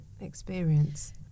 experience